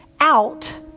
out